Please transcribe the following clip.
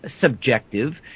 subjective